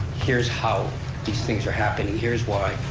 here's how these things are happening, here's why,